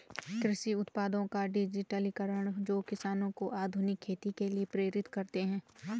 कृषि उत्पादों का डिजिटलीकरण जो किसानों को आधुनिक खेती के लिए प्रेरित करते है